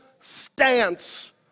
stance